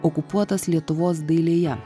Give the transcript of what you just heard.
okupuotos lietuvos dailėje